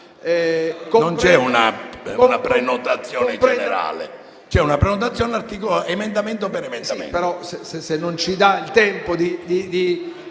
Non c'è una prenotazione generale. C'è una prenotazione emendamento per emendamento.